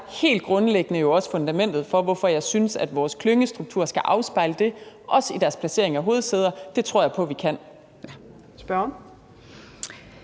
helt grundlæggende også fundamentet for, hvorfor jeg synes, at vores klyngestruktur skal afspejle det, også i dens placering af hovedsæder. Det tror jeg på vi kan.